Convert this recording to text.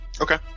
Okay